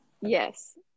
Yes